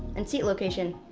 and seat location.